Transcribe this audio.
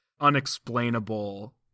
unexplainable